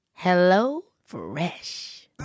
HelloFresh